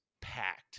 packed